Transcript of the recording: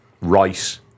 Rice